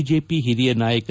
BJP ಹಿರಿಯ ನಾಯಕ